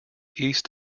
east